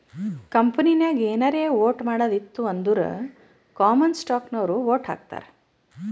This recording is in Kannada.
ಕಂಪನಿನಾಗ್ ಏನಾರೇ ವೋಟ್ ಮಾಡದ್ ಇತ್ತು ಅಂದುರ್ ಕಾಮನ್ ಸ್ಟಾಕ್ನವ್ರು ವೋಟ್ ಹಾಕ್ತರ್